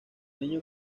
niño